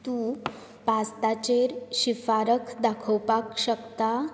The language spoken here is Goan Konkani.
तूं पास्ताचेर शिफारक दाखोवपाक शकता